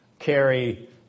carry